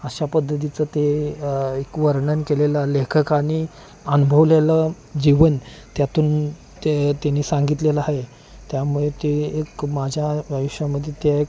अशा पद्धतीचं ते एक वर्णन केलेलं लेखकाने अनुभवलेलं जीवन त्यातून ते त्यांनी सांगितलेलं आहे त्यामुळे ते एक माझ्या आयुष्यामध्येे त्या एक